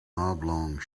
oblong